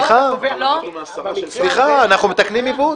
סליחה, אנחנו מתקנים עיוות.